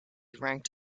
ranked